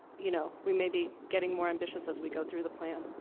you know we may be getting more ambitious as we go through the plan.